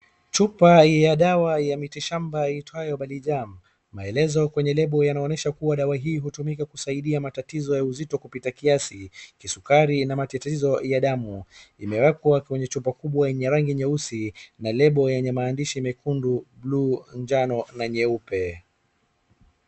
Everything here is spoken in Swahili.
chupa ya dawa ya miti shamba iitwayo Balijaam maelezo kwenye labell yanaonyesha dawa hii hutumika kusaidia matatizo ya uzito kupita kiasi,,kisukari na matatizo ya damu ,imeekwa kwenye chupa kubwa ya rangi nyeusi na labell yenye maandishi nyekundu, buluu ,njano na nyeupe